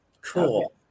Cool